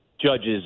Judge's